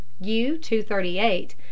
U-238